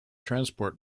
transport